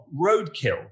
roadkill